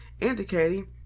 indicating